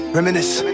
Reminisce